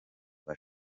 rwa